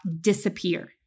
disappear